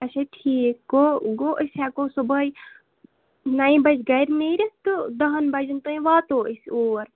اچھا ٹھیٖک گوٚو گوٚو أسۍ ہٮ۪کو صُبحٲے نَیہِ بَجہِ گَرِ نیٖرِتھ تہٕ دَہَن بَجَن تام واتو أسۍ اور